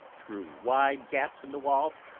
through wide gaps in the walls,